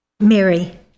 Mary